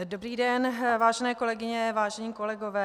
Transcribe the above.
Dobrý den, vážené kolegyně, vážení kolegové.